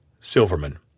Silverman